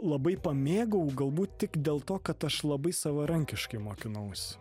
labai pamėgau galbūt tik dėl to kad aš labai savarankiškai mokinausi